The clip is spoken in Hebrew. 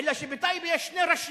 אלא שבטייבה יש שני ראשים,